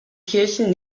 kirchen